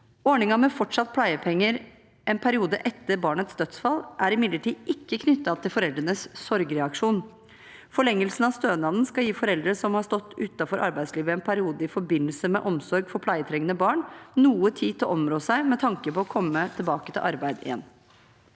Ordningen med fortsatt pleiepenger en periode etter et barns dødsfall er imidlertid ikke knyttet til foreldrenes sorgreaksjon. Forlengelsen av stønaden skal gi foreldre som har stått utenfor arbeidslivet i en periode i forbindelse med omsorg for pleietrengende barn, noe tid til å områ seg med tanke på å komme tilbake til arbeid igjen.